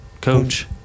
coach